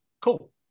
cool